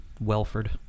Welford